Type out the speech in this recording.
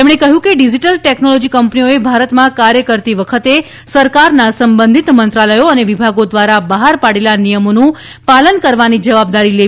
તેમણે કહ્યું કે ડીજીટલ ટેકનોલોજી કંપનીઓએ ભારતમાં કાર્ય કરતી વખતે સરકારના સંબંધિત મંત્રાલયો અને વિભાગો દ્વારા બહાર પાડેલા નિયમોનું પાલન કરવાની જવાબદારી લેવી પડશે